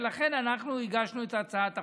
ולכן אנחנו הגשנו את הצעת החוק.